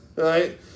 Right